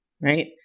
right